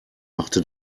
machte